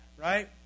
right